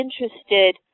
interested